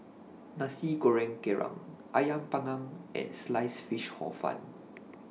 Nasi Goreng Kerang Ayam Panggang and Sliced Fish Hor Fun